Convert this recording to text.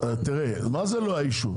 מה זה לא האישיו?